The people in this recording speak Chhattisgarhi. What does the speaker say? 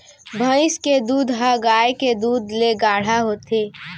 भईंस के दूद ह गाय के दूद ले गाढ़ा होथे